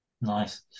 nice